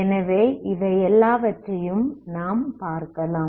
எனவே இவை எல்லாவற்றையும் நாம் பார்க்கலாம்